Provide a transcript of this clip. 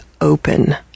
open